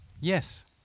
Yes